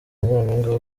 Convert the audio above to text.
nyampinga